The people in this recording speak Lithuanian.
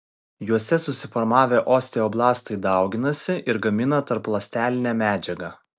juose susiformavę osteoblastai dauginasi ir gamina tarpląstelinę medžiagą